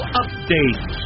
update